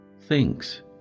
thinks